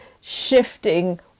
shifting